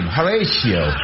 Horatio